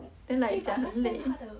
then like 讲很累